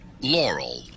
Laurel